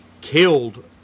killed